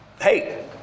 hey